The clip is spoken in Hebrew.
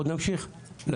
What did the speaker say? אנחנו